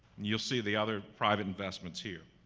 you will see the other private investments here.